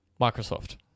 Microsoft